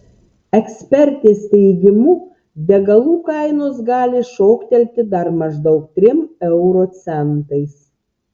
ekspertės teigimu degalų kainos gali šoktelti dar maždaug trim euro centais